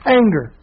anger